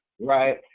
right